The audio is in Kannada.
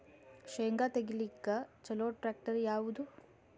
ಶೇಂಗಾ ತೆಗಿಲಿಕ್ಕ ಚಲೋ ಟ್ಯಾಕ್ಟರಿ ಯಾವಾದು?